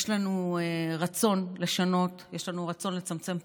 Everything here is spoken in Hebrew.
יש לנו רצון לשנות, יש לנו רצון לצמצם פערים.